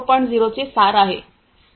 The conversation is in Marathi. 0 चे सार आहे